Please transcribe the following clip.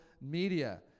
Media